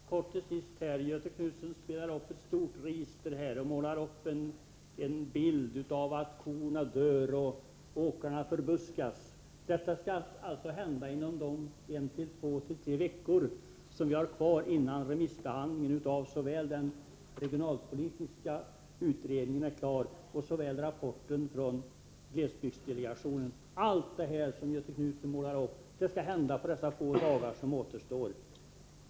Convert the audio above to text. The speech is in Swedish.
Herr talman! Helt kort vill jag till sist säga att Göthe Knutson spelar upp ett stort register och målar upp en bild av kor som dör och åkrar som förbuskas. Detta skall alltså hända inom de 1-3 veckor som vi har kvar innan remissbehandlingen av såväl den regionalpolitiska utredningen som rapporten från glesbygdsdelegationen är klar. Allt det som Göthe Knutson målar upp skall hända på de få dagar som återstår av detta arbete.